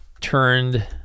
turned